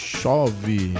chove